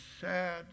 sad